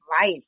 life